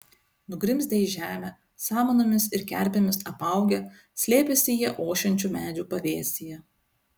nugrimzdę į žemę samanomis ir kerpėmis apaugę slėpėsi jie ošiančių medžių pavėsyje